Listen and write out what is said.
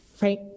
Right